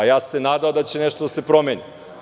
Ja sam se nadao da će nešto da se promeni.